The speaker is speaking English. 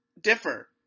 differ